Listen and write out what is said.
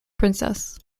princess